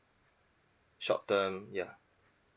short term ya